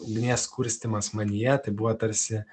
ugnies kurstymas manyje tai buvo tarsi